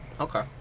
Okay